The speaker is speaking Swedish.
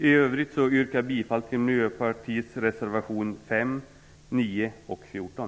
I övrigt yrkar jag bifall till Miljöpartiets reservationer 5, 9 och 14.